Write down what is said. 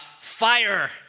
Fire